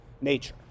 nature